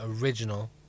original